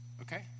Okay